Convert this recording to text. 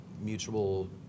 mutual